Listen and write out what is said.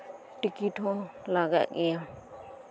ticket ᱦᱚᱸ ᱞᱟᱜᱟᱜ ᱜᱮᱭᱟ